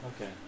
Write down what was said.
Okay